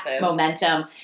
momentum